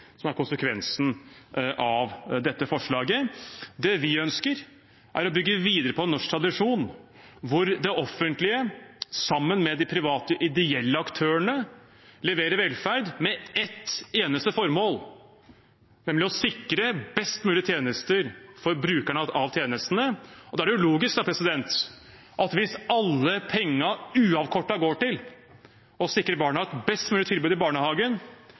som er konsekvensen av dette forslaget. Det vi ønsker, er å bygge videre på norsk tradisjon, hvor det offentlige sammen med de private ideelle aktørene leverer velferd med ett eneste formål, nemlig å sikre best mulig tjenester for brukerne av tjenestene. Da er det logisk at hvis alle pengene uavkortet går til å sikre barna et best mulig tilbud i barnehagen